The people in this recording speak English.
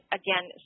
again